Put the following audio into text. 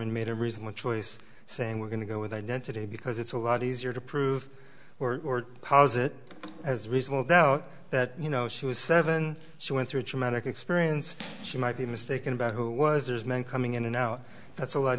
an made a reason one choice saying we're going to go with identity because it's a lot easier to prove or because it has reasonable doubt that you know she was seven she went through a traumatic experience she might be mistaken about who was there's men coming in and out that's a lot